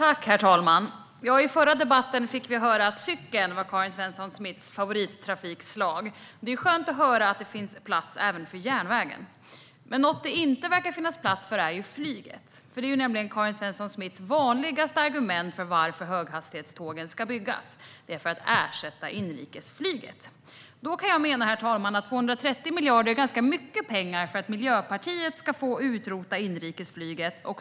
Herr talman! I förra debatten fick vi höra att cykeln är Karin Svensson Smiths favorittrafikslag. Det är skönt att höra att det finns plats även för järnvägen. Men något det inte verkar finnas plats för är flyget. Karin Svensson Smiths vanligaste argument för att vi ska bygga höghastighetsjärnväg är nämligen att den ska ersätta inrikesflyget. Herr talman! Jag menar att 230 miljarder är en ganska hög nota för skattebetalarna för att Miljöpartiet ska få utrota inrikesflyget.